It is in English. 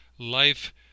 life